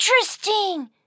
interesting